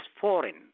foreign